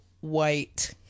white